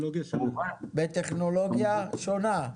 בטכנולוגיה שונה.